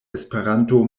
esperanto